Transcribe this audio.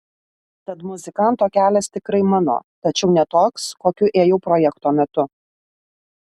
tad muzikanto kelias tikrai mano tačiau ne toks kokiu ėjau projekto metu